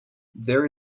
there